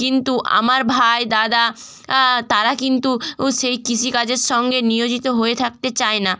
কিন্তু আমার ভাই দাদা তারা কিন্তু সেই কৃষিকাজের সঙ্গে নিয়োজিত হয়ে থাকতে চায় না